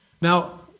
Now